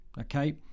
Okay